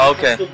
Okay